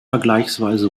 vergleichsweise